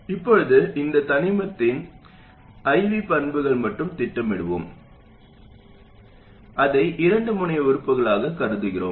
இப்போது இந்த தனிமத்தின் I V பண்புகளை மட்டும் திட்டமிடுவோம் அதை இரண்டு முனைய உறுப்புகளாகக் கருதுகிறோம்